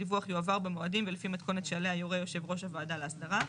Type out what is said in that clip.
הדיווח יועבר במועדים ולפי מתכונת שעליה יורה יושב ראש הוועדה להסדרה.